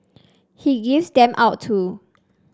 he gives them out too